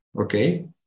Okay